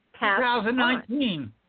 2019